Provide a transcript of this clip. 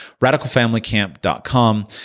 RadicalFamilyCamp.com